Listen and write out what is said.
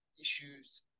Issues